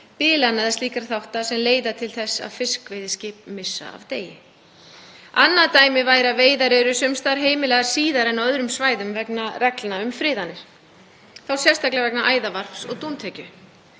bilana eða slíkra þátta sem leiða til þess að fiskveiðiskip missa af degi. Annað dæmi væri að veiðar eru sum staðar heimilaðar síðar en á öðrum svæðum vegna reglna um friðanir, þá sérstaklega vegna æðarvarps og dúntekju.